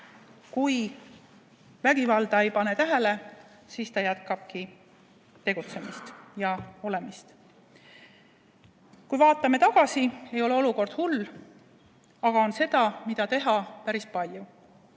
Kui vägivalda ei pane tähele, siis ta jätkabki tegutsemist ja olemist. Kui vaatame tagasi, ei ole olukord hull. Aga seda, mida teha, on päris palju.